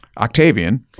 Octavian